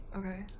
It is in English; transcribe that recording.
okay